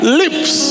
lips